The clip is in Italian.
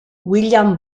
william